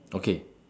okay